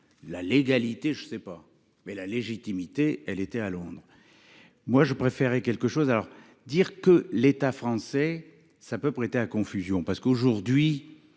la légalité. Je sais pas mais la légitimité elle était à Londres. Moi je préférerais quelque chose à leur dire que l'État français. Ça peut prêter à confusion parce qu'aujourd'hui